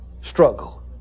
struggle